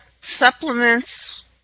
supplements